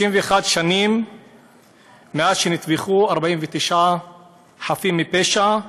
61 שנים מאז נטבחו 49 חפים מפשע,